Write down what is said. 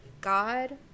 god